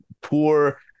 Poor